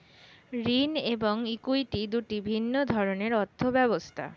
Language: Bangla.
ঋণ এবং ইক্যুইটি দুটি ভিন্ন ধরনের অর্থ ব্যবস্থা